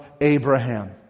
Abraham